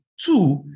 Two